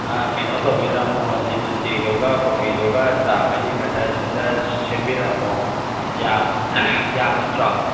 ꯀꯩꯅꯣ ꯇꯧꯕꯤꯔꯝꯃꯣ ꯂꯦꯃꯟ ꯇꯤꯗꯨꯒ ꯀꯣꯐꯤꯗꯨꯒ ꯆꯥ ꯃꯔꯤꯈꯛꯇ ꯁꯦꯝꯕꯤꯔꯝꯃꯣ ꯌꯥꯕ ꯅꯠꯇ꯭ꯔꯣ